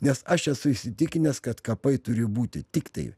nes aš esu įsitikinęs kad kapai turi būti tiktai